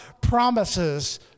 promises